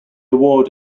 award